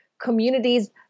communities